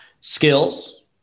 skills